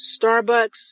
Starbucks